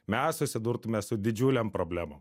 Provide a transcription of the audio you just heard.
mes susidurtume su didžiulėm problemom